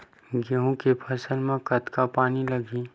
गेहूं के फसल म कतका पानी लगही?